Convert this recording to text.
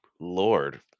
Lord